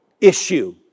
issue